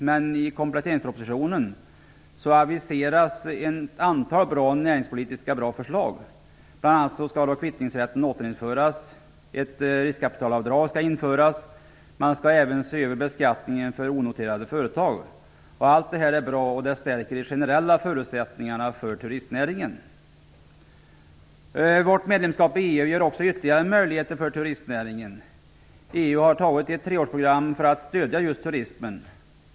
I kompletteringspropositionen aviseras dock ett antal bra näringspolitiska förslag. Bl.a. skall kvittningsrätten återinföras och ett riskkapitalavdrag införas. Man skall även se över beskattningen för onoterade företag. Allt detta är bra, och det stärker de generella förutsättningarna för turistnäringen. Vårt medlemskap i EU ger också ytterligare möjligheter för turistnäringen. EU har antagit ett treårsprogram för att stödja turismen.